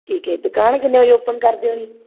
ਠੀਕ ਹੈ ਦੁਕਾਨ ਕਿੰਨੇ ਵਜੇ ਓਪਨ ਕਰਦੇ ਹੋ ਜੀ